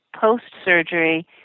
post-surgery